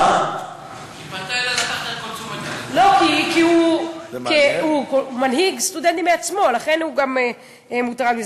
כי הוא מנהיג סטודנטים בעצמו, לכן הוא מוטרד מזה.